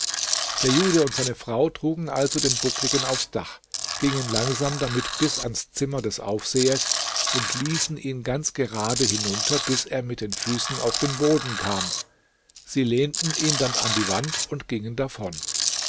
der jude und seine frau trugen also den buckligen aufs dach gingen langsam damit bis ans zimmer des aufsehers und ließen ihn ganz gerade hinunter bis er mit den füßen auf den boden kam sie lehnten ihn dann an die wand und gingen davon